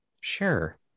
sure